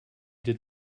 did